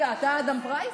אתה אדם פרייס?